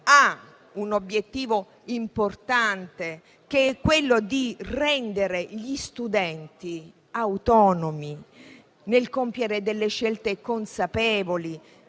ha un obiettivo importante, che è quello di rendere gli studenti autonomi nel compiere delle scelte consapevoli